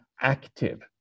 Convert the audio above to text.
active